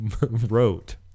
wrote